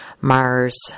Mars